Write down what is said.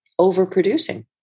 overproducing